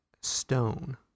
stone